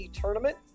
tournament